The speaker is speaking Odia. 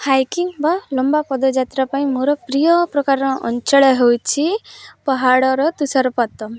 ହାଇକିଂ ବା ଲମ୍ବା ପଦଯାତ୍ରା ପାଇଁ ମୋର ପ୍ରିୟ ପ୍ରକାରର ଅଞ୍ଚଳ ହେଉଛି ପାହାଡ଼ର ତୁଷାରପାତ